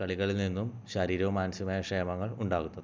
കളികളിൽ നിന്നും ശാരീരികവും മാനസികവുമായ ക്ഷേമങ്ങൾ ഉണ്ടാകുന്നത്